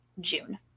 June